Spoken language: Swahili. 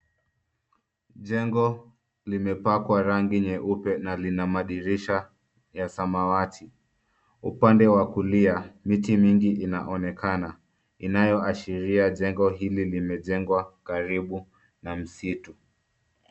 Jengo limepakwa rangi nyeupe na lina madirisha ya samawati. Upande wa kulia miti mingi inaonekana, inayoashiria jengo hili limejengwa karibu na msitu.